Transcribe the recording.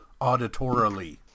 Auditorily